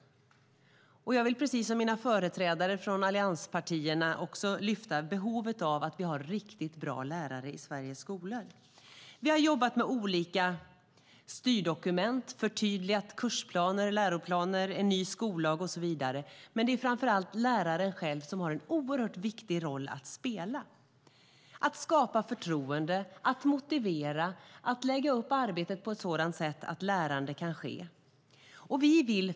Jag vill precis som andra företrädare från allianspartierna lyfta behovet av att vi har riktigt bra lärare i Sveriges skolor. Vi har jobbat med olika styrdokument, förtydligat kursplaner och läroplaner, infört en ny skollag och så vidare. Men framför allt har läraren själv en viktig roll att spela. Det handlar om att skapa förtroende, motivera och lägga upp arbetet så att lärande kan ske.